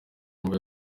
wumve